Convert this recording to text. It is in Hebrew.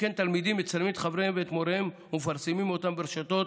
שכן תלמידים מצלמים את חבריהם ואת מוריהם ומפרסמים אותם ברשתות,